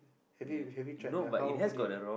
have you have you tried ya how often did you eat